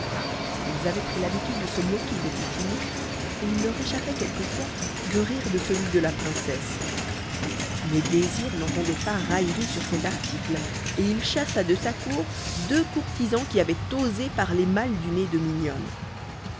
ils avaient pris l'habitude de se moquer des petits nez et il leur échappait quelquefois de rire de celui de la princesse mais désir n'entendait pas raillerie sur cet article et il chassa de sa cour deux courtisans qui avaient osé parler mal du nez de mignonne